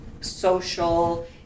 social